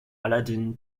aladdin